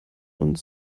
und